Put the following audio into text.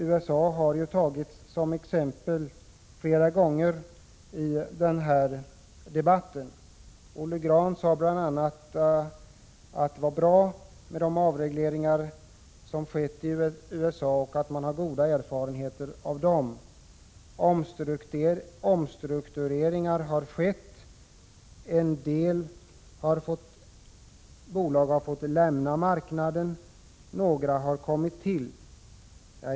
USA har ju tagits som exempel flera gånger i den här debatten. Olle Grahn sade bl.a. att det var bra med de avregleringar som skett i USA och att man har goda erfarenheter av dem. Omstruktureringar har skett. En del bolag har fått lämna marknaden, några har kommit till.